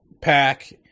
pack